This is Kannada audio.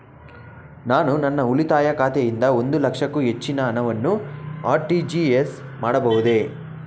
ನಾನು ನನ್ನ ಉಳಿತಾಯ ಖಾತೆಯಿಂದ ಒಂದು ಲಕ್ಷಕ್ಕೂ ಹೆಚ್ಚಿನ ಹಣವನ್ನು ಆರ್.ಟಿ.ಜಿ.ಎಸ್ ಮಾಡಬಹುದೇ?